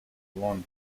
leon